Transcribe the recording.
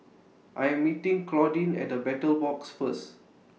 I Am meeting Claudine At The Battle Box First